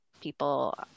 people